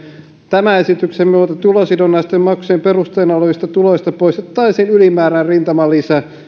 tämän esityksen myötä tulosidonnaisten maksujen perusteena olevista tuloista poistettaisiin ylimääräinen rintamalisä